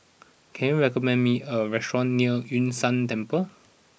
can you recommend me a restaurant near Yun Shan Temple